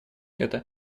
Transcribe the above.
это